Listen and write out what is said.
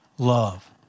love